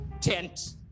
tent